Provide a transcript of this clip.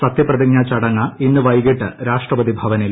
സത്യപ്രതിജ്ഞാ ചടങ്ങ് ഇന്ന് വൈകിട്ട് രാഷ്ട്രപതി ഭവനിൽ